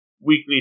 weekly